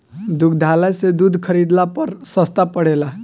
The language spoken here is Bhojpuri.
दुग्धालय से दूध खरीदला पर सस्ता पड़ेला?